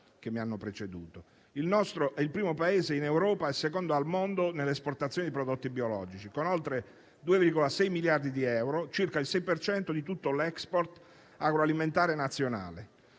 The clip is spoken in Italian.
che mi hanno preceduto. Il nostro è il primo Paese in Europa e il secondo al mondo nell'esportazione di prodotti biologici, con oltre 2,6 miliardi di euro, circa il 6 per cento di tutto l'*export* agroalimentare nazionale.